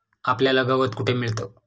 आपल्याला गवत कुठे मिळतं?